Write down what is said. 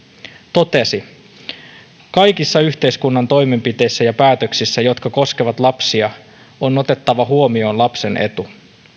totesi kaikissa yhteiskunnan toimenpiteissä ja päätöksissä jotka koskevat lapsia on otettava huomioon lapsen etu